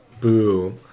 Boo